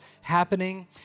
happening